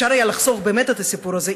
אפשר היה לחסוך באמת את הסיפור הזה